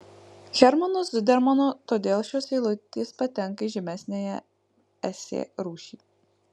hermanu zudermanu todėl šios eilutės patenka į žemesniąją esė rūšį